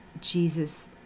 Jesus